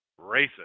racist